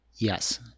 Yes